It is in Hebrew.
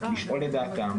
לשאול את דעתם,